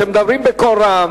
אתם מדברים בקול רם